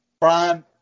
Brian